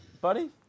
Buddy